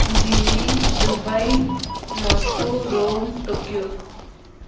Delhi Dubai Moscow Rome Tokyo